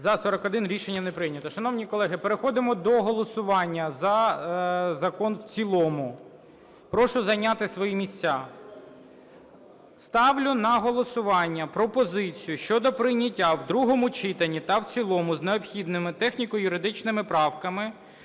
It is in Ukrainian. За-41 Рішення не прийнято. Шановні колеги, переходимо до голосування за закон в цілому. Прошу зайняти свої місця. Ставлю на голосування пропозицію щодо прийняття в другому читанні та в цілому з необхідними техніко-юридичними правками